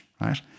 Right